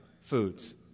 foods